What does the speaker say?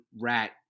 rat